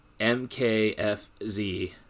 mkfz